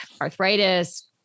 arthritis